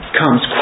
comes